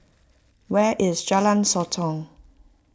where is Jalan Sotong